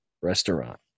restaurant